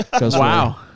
Wow